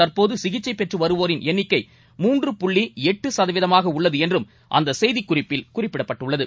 தந்போது சிகிச்சை பெற்று வருவோரின் எண்னிக்கை மூன்று புள்ளி எட்டு சதவீதமாக உள்ளது என்றும் அந்த செய்திக் குறிப்பில் குறிப்பிடப்பட்டுள்ளது